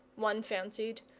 one fancied,